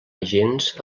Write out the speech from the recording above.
agents